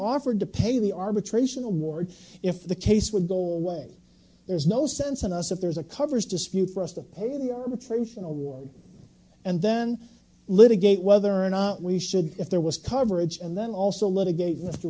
offered to pay the arbitration award if the case would goal way there's no sense in us if there's a covers dispute for us to pay the arbitration award and then litigate whether or not we should if there was coverage and then also l